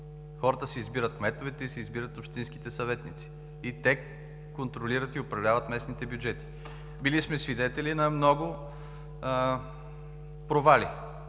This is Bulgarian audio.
Хората си избират кметовете и общинските съветници, и те контролират и управляват местните бюджети. Били сме свидетели на много провали